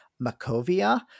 makovia